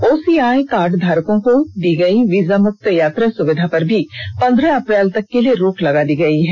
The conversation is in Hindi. ओसीआई कार्ड धारकों को प्रदान की गई वीजामुक्त यात्रा सुविधा पर भी पंद्रह अप्रैल तक के लिए रोक लगा दी गयी है